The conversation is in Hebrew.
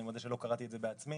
אני מודה שלא קראתי את זה בעצמי